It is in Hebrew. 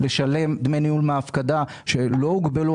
לשלם דמי ניהול מההפקדה שלא הוגבלו.